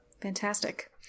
Fantastic